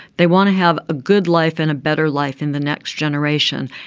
they want to have a good life and a better life in the next generation.